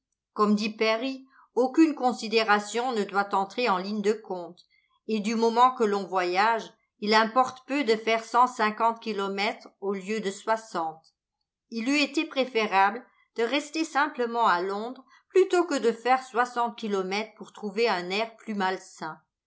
comme dit perry aucune considération ne doit entrer en ligne de compte et du moment que l'on voyage il importe peu de faire cent cinquante kilomètres au lieu de soixante il eût été préférable de rester simplement à londres plutôt que de faire soixante kilomètres pour trouver un air plus malsain